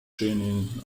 training